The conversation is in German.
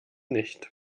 nicht